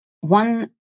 One